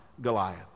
Goliath